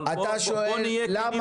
אבל בוא נהיה כנים.